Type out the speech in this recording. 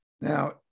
Now